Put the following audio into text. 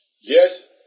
Yes